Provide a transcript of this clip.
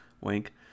wink